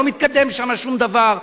לא מתקדם שם שום דבר,